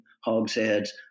hogsheads